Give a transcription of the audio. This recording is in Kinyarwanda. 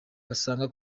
basanga